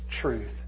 truth